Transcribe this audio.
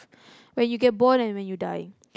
when you get born and when you die